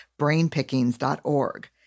BrainPickings.org